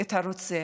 את הרוצח.